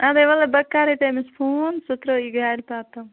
ادے ولے بے کرے تٔمس فون سُہ ترایی گَرِ پَتہٕ